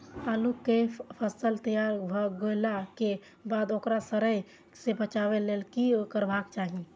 आलू केय फसल तैयार भ गेला के बाद ओकरा सड़य सं बचावय लेल की करबाक चाहि?